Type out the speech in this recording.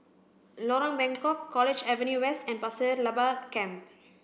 Lorong Bengkok College Avenue West and Pasir Laba Camp